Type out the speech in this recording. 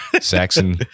Saxon